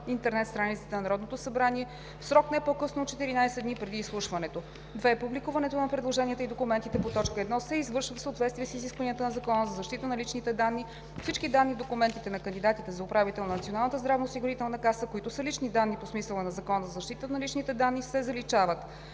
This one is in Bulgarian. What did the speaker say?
интернет страницата на Народното събрание в срок не по-късно от 14 дни преди изслушването. 2. Публикуването на предложенията и документите по т. 1 се извършва в съответствие с изискванията на Закона за защита на личните данни. Всички данни в документите на кандидатите за управител на Националната здравноосигурителна каса, които са лични данни по смисъла на Закона за защита на личните данни, се заличават.